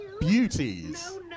beauties